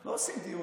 לא עושים דיון